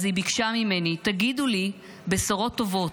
אז היא ביקשה ממני: תגידו לי בשורות טובות,